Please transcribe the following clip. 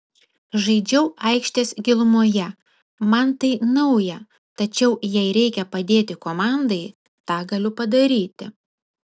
žaidžiau aikštės gilumoje man tai nauja tačiau jei reikia padėti komandai tą galiu padaryti